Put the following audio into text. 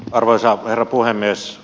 arvoisa herra puhemies